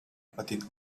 petit